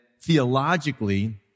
theologically